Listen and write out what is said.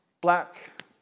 black